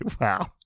Wow